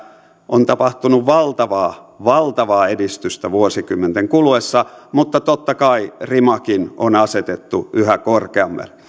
on tapahtunut valtavaa valtavaa edistystä vuosikymmenten kuluessa mutta totta kai rimakin on asetettu yhä korkeammalle